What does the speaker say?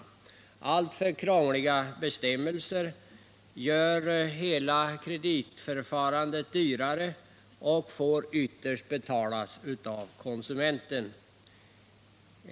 Alltför krångliga bestämmelser gör hela kreditförfarandet dyrare och får ytterst betalas av konsumenten.